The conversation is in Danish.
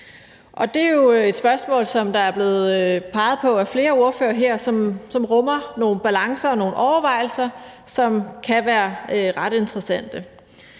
Det er jo et spørgsmål, som der er blevet peget på af flere ordførere her. Det rummer nogle balancer og overvejelser, som kan være ret interessante.